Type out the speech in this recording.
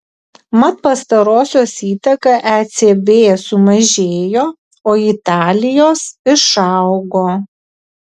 mat pastarosios įtaka ecb sumažėjo o italijos išaugo